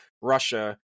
Russia